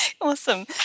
Awesome